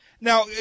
Now